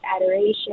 adoration